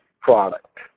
product